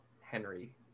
Henry